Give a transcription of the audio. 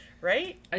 Right